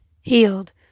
healed